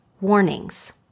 warnings